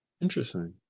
Interesting